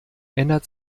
ändert